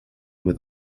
with